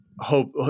hope